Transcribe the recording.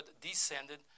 descended